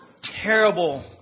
terrible